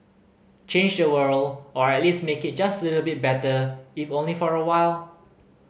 change the world or at least make it just little bit better if only for a while